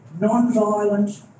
non-violent